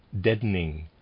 deadening